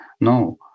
no